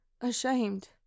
Ashamed